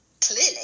clearly